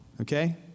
okay